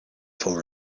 for